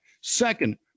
Second